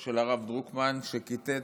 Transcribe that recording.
דרוקמן, שכיתת,